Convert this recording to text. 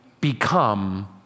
become